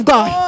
God